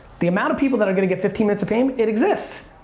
the amount of people that are gonna get fifteen minutes of fame, it exists!